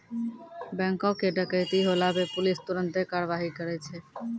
बैंको के डकैती होला पे पुलिस तुरन्ते कारवाही करै छै